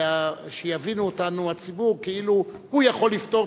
שיבינו אותנו הציבור כאילו הוא יכול לפתור